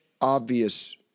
obvious